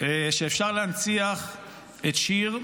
שאפשר להנציח את שיר,